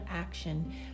action